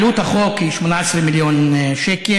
עלות החוק היא 18 מיליון שקל.